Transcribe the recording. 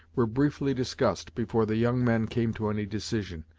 were briefly discussed before the young men came to any decision.